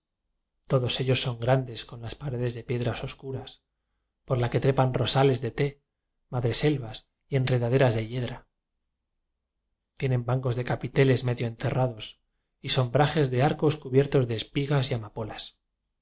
todos ellos son grandes con las paredes de piedras obscuras por las que trepan rosales de te madreselvas y en redaderas de yedra tienen bancos de capiteles medio enterrados y sombrajes de arcos cubiertos de espigas y amapolas